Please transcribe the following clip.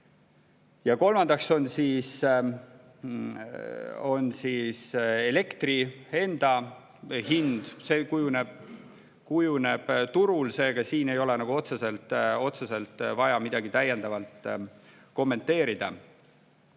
Kolmandaks on elektri enda hind. See kujuneb turul, seega siin ei ole otseselt vaja midagi rohkem kommenteerida.